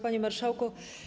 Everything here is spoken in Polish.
Panie Marszałku!